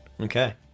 Okay